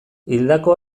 hildako